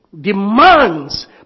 demands